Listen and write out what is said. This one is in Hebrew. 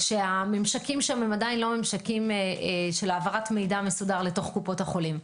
שהממשקים שם עדיין לא ממשקים של העברת מידע מסודר לקופות החולים.